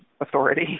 authority